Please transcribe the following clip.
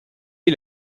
est